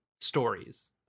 stories